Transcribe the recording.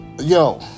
Yo